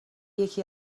یکی